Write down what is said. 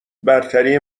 برتری